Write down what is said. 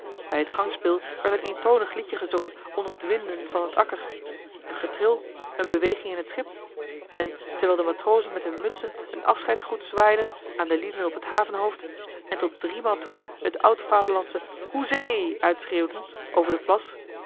bij het gangspil werd een eentonig liedje gezongen onder het winden van het anker een getril een beweging in het schip en terwijl de matrozen met hun mutsen een afscheidsgroet zwaaiden aan de lieden op het havenhoofd en tot driemaal toe het oud vaderlandsche hoezee uitschreeuwden over den plas